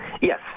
Yes